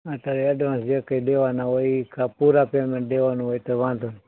અથવા એડવાન્સ જે કંઈ દેવાના હોય એ કાં પૂરાં પેમેન્ટ દેવાનું હોય તો ય વાંધો નહીં